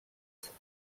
sant